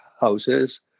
houses